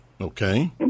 okay